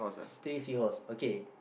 three seahorse okay